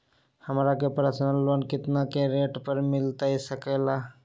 हमरा के personal loan कितना के रेट पर मिलता सके ला?